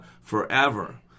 forever